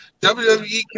WWE